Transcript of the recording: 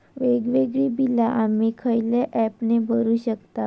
वेगवेगळी बिला आम्ही खयल्या ऍपने भरू शकताव?